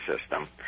System